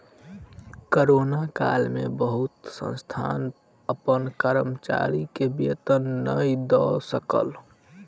corona काल में बहुत संस्थान अपन कर्मचारी के वेतन नै दय सकल